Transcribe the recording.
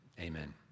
amen